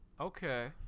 okay